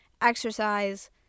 exercise